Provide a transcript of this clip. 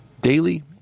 daily